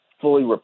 fully